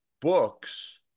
books